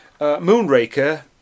Moonraker